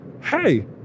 hey